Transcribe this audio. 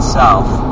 south